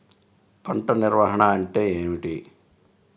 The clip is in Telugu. పంట నిర్వాహణ అంటే ఏమిటి?